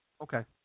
Okay